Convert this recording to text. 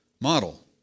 model